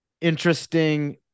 interesting